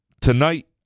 Tonight